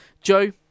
Joe